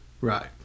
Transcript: Right